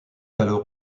alors